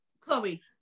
chloe